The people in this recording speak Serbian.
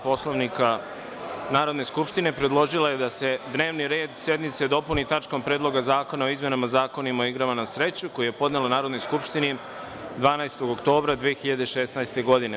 Poslovnika Narodne skupštine, predložila je da se dnevni red sednice dopuni tačkom - Predloga zakona o izmenama Zakona o igrama na sreću, koji je podnela Narodnoj skupštini 12. oktobra 2016. godine.